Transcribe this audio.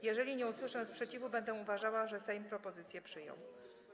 Jeżeli nie usłyszę sprzeciwu, będę uważała, że Sejm propozycję przyjął.